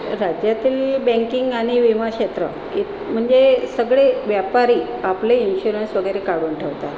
राज्यातील बँकिंग आणि विमा क्षेत्र इ म्हणजे सगळे व्यापारी आपले इन्श्युरन्स वगैरे काढून ठेवतात